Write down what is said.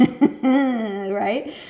Right